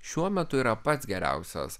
šiuo metu yra pats geriausias